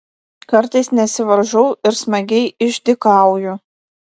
kartais nesivaržau ir smagiai išdykauju